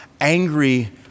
angry